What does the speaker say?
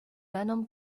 venom